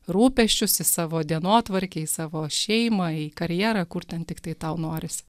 rūpesčius į savo dienotvarkę į savo šeimą į karjerą kur ten tiktai tau norisi